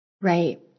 Right